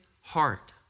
heart